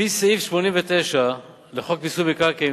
לפי סעיף 89 לחוק מיסוי מקרקעין,